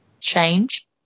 change